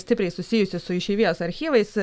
stipriai susijusi su išeivijos archyvais